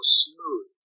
smooth